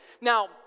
Now